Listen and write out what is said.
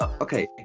Okay